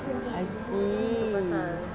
I see